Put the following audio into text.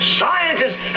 scientists